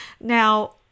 Now